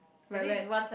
like what